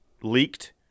leaked